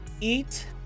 eat